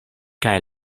kaj